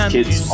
kids